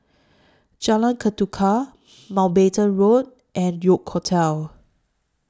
Jalan Ketuka Mountbatten Road and York Hotel